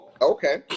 Okay